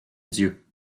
dieu